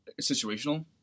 situational